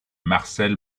marcel